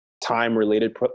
time-related